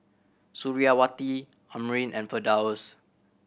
Suriawati Amrin and Firdaus